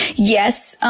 yes, um